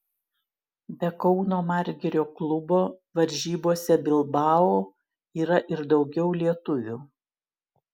be kauno margirio klubo varžybose bilbao yra ir daugiau lietuvių